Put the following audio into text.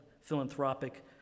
philanthropic